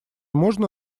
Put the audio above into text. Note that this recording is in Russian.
можно